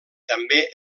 també